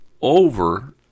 over